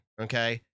okay